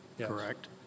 correct